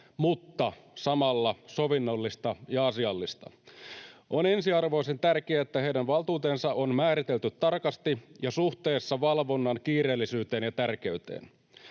mutta samalla sovinnollista ja asiallista. On ensiarvoisen tärkeää, että heidän valtuutensa on määritelty tarkasti ja suhteessa valvonnan kiireellisyyteen ja tärkeyteen.